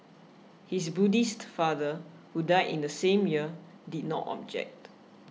his Buddhist father who died in the same year did not object